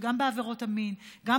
אבל יש מקום לחשוב על בנייה של מערכת